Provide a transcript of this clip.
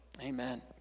Amen